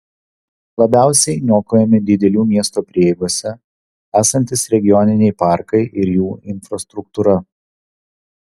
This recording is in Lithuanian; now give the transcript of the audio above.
labiausiai niokojami didelių miesto prieigose esantys regioniniai parkai ir jų infrastruktūra